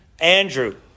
Andrew